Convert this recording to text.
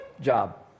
job